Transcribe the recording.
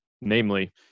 namely